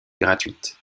gratuite